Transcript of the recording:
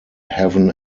heaven